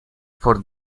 for